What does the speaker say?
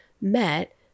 met